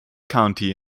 county